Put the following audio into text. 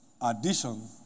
Addition